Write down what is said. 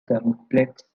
complex